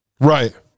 Right